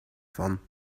van